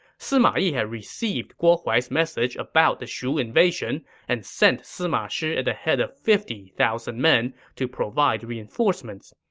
sima yi had received guo huai's message about the shu and and sent sima shi at the head of fifty thousand men to provide reinforcement.